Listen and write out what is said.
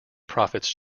profits